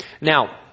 Now